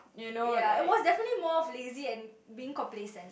ya it was definitely more of lazy and being complacent